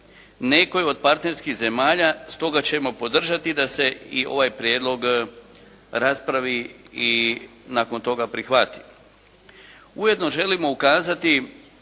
nekoj od partnerskih zemalja, stoga ćemo podržati da se i ovaj prijedlog raspravi i nakon toga prihvati. Ujedno želimo ukazati